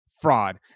fraud